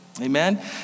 Amen